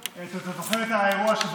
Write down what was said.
אתה זוכר את האירוע, רגע.